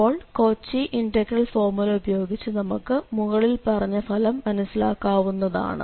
അപ്പോൾ Cauchy integral formula ഉപയോഗിച്ച് നമുക്ക് മുകളിൽ പറഞ്ഞ ഫലം മനിസ്സിലാക്കാവുന്നതാണ്